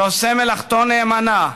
שעושה מלאכתו נאמנה,